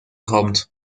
kommt